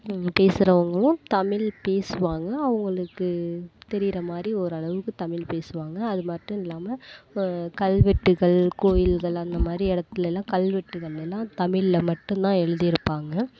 பேசுகிறவங்களும் தமிழ் பேசுவாங்கள் அவங்களுக்கு தெரிகிறமாரி ஓரளவுக்கு தமிழ் பேசுவாங்கள் அது மட்டும் இல்லாமல் கல்வெட்டுகள் கோவில்கள் அந்தமாதிரி இடத்துலலாம் கல்வெட்டுகளெல்லாம் தமிழ்ல மட்டுந்தான் எழுதிருப்பாங்க